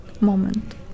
moment